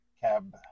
cab